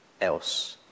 else